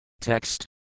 Text